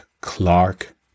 Clark